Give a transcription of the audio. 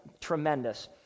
tremendous